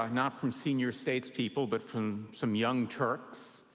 ah not from senior states people, but from some young turks.